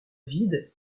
vide